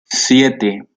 siete